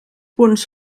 punts